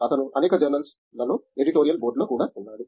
అతను అనేక జౌర్నల్ లలో ఎడిటోరియల్ బోర్డులో కూడా ఉన్నాడు